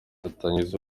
atangiza